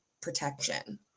protection